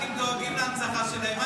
העיראקים דואגים להנצחה שלהם.